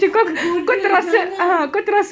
kau tergoda jangan